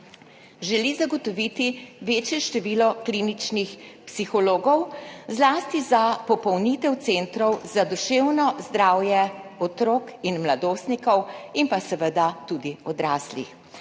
želi zagotoviti večje število kliničnih psihologov, zlasti za popolnitev centrov za duševno zdravje otrok in mladostnikov in seveda tudi odraslih.